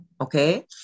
Okay